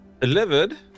delivered